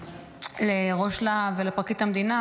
לראש להב ולפרקליט המדינה,